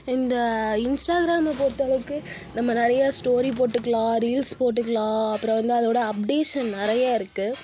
இந்த இன்ஸ்ட்டாகிராமை பொறுத்தளவுக்கு நம்ம நிறைய ஸ்டோரி போட்டுக்கலாம் ரீல்ஸ் போட்டுக்கலாம் அப்புறம் வந்து அதோடய அப்டேஷன் நிறைய இருக்குது